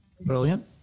Brilliant